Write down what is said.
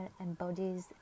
embodies